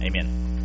Amen